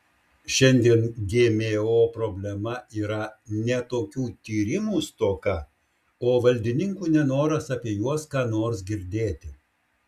šiandien gmo problema yra ne tokių tyrimų stoka o valdininkų nenoras apie juos ką nors girdėti